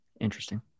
interesting